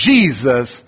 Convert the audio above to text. Jesus